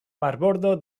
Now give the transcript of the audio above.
marbordo